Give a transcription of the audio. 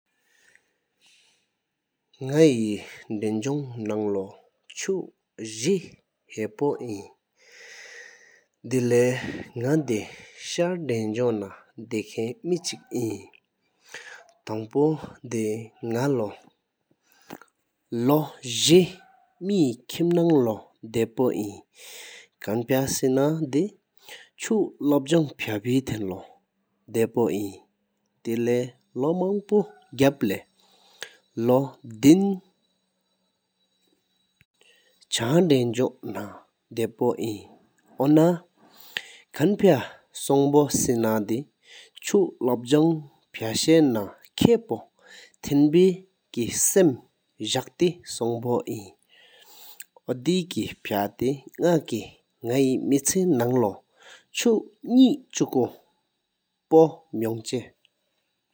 ནག་ཆེ་དེན་ཞོང་ནང་ལོ་བཅུ་གཅིག་ཧ་ཕོ་ཨིན། དེལེག་ནག་དེ་ཤར་དེན་ཞོང་ནང་དེ་ཁན་མེ་གཅིག་ཨིན། ཐང་པོ་དེ་ནག་ལོ་བཅིག་མེའི་ཁིམ་ནང་ལོ་དགེ་བོ་ཨིན། ཁན་ཕ་སེ་ན་དེ་ཆོ་ལོབ་བཟོང་ཕ་ཕེ་ཐེན་ལོ་ཨིན། དེལེག་ལོ་མང་པོ་གག་པས་ལོ་དིན་ཆང་དེན་ཞོང་ནང་དགེ་བོ་ཨིན། ཨོ་ ན་ཁན་ཕ་སོང་བོ་སེ་ན་དེ་ཆོ་ལོབ་བཟོང་ཕ་ཤ་ནང་ཁ་ཕོ་ཐེན་བྷ་སམ་ཟག་ཐེ་སོང་བོ་ཨིན། ཨོ་དེ་ཁེ་ཕ་ཏེ་ནག་ཀི་ནག་ཧེ་མེཏ་ཆེ་ནང་ལོ་བཅུ་གསུམ་གྲུགས་ཀོ་ཕོ་མོང་ཆལ།